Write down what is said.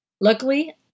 Luckily